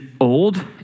old